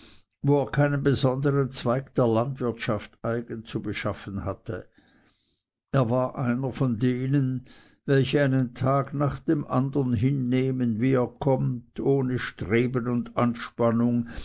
wo er keinen besondern zweig der landwirtschaft eigen zu beschaffen hatte er war von denen einer welche einen tag nach dem andern hinnehmen wie er kömmt ohne streben und anspannung